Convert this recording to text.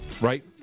right